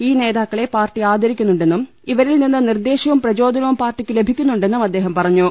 ഈ നേതാക്കളെ പാർട്ടി ആദരിക്കുന്നുണ്ടെന്നും ഇവ രിൽനിന്ന് നിർദ്ദേശവും പ്രചോദനവും പാർട്ടിക്ക് ലഭി ക്കുന്നുണ്ടെന്നും അദ്ദേഹം പറഞ്ഞു